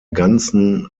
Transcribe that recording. ganzen